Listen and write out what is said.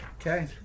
Okay